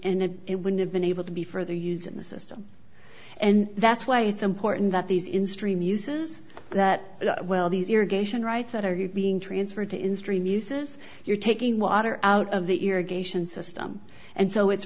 and it would have been able to be further used in the system and that's why it's important that these in stream uses that well these irrigation rights that are you being transferred to in stream uses you're taking water out of the irrigation system and so it's